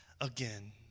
again